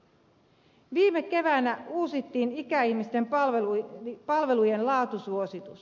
viime keväänä uusittiin ikäihmisten palvelujen laatusuositus